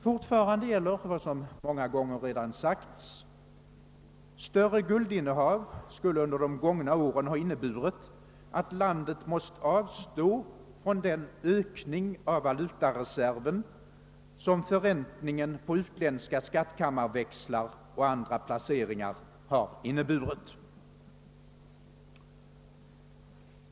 Fortfarande gäller vad som flera gånger sagts; större guldinnehav skulle under de gångna åren ha betytt att landet måst avstå från den ökning av valutareserven som förräntningen av utländska skattkammarväxlar och andra placeringar inneburit.